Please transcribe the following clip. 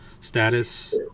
status